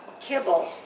kibble